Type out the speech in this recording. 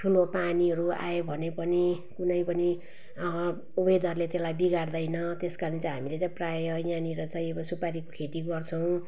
ठुलो पानीहरू आयो भने पनि कुनै पनि वेदरले त्यसलाई बिगार्दैन त्यस कारण चाहिँ हामीले चाहिँ प्रायः यहाँनिर अब सुपारीको खेती गर्छौँ